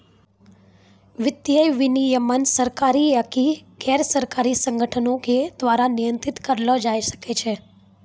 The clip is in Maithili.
वित्तीय विनियमन सरकारी आकि गैरसरकारी संगठनो के द्वारा नियंत्रित करलो जाय सकै छै